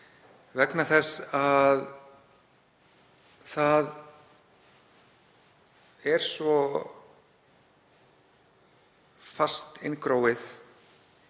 vegna þess að það er svo fast inngróið